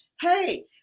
hey